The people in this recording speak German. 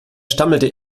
stammelte